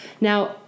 now